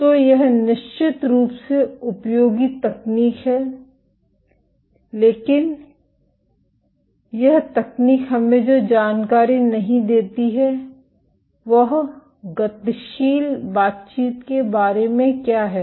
तो यह निश्चित रूप से उपयोगी तकनीक है लेकिन यह तकनीक हमें जो जानकारी नहीं देती है वह गतिशील बातचीत के बारे में क्या है